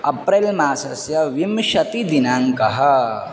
अप्रेल् मासस्य विंशतिदिनाङ्कः